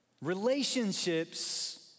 Relationships